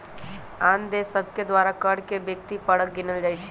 आन देश सभके द्वारा कर के व्यक्ति परक गिनल जाइ छइ